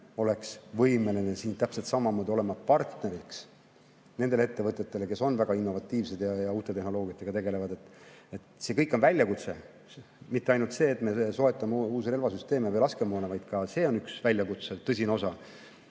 oleks võimeline siin täpselt samamoodi olema partneriks nendele ettevõtetele, kes on väga innovatiivsed ja uute tehnoloogiatega tegelevad. See kõik on väljakutse. Mitte ainult see, et me soetame uusi relvasüsteeme või laskemoona, vaid ka see on üks väljakutse tõsine osa.